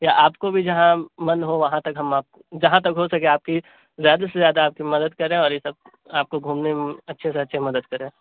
یا آپ کو بھی جہاں من ہو وہاں تک ہم آپ جہاں تک ہو سکے آپ کی زیادہ سے زیادہ آپ کی مدد کریں اور یہ سب آپ کو گھومنے میں اچھے سے اچھے مدد کریں